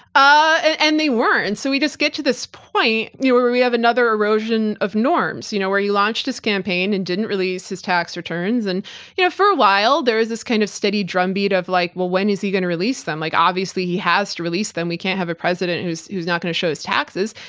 ah and they weren't, and so we just get to this point where where we have another erosion of norms, you know where he launched his campaign and didn't release his tax returns and you know for a while there is this kind of steady drumbeat of like well when is he gonna release them, like obviously he has to release them we can't have a president who's who's not gonna show his taxes,